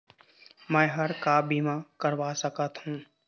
मैं हर का बीमा करवा सकत हो?